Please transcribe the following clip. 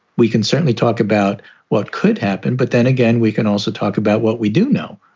we can certainly talk about what could happen. but then again, we can also talk about what we do know.